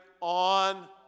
on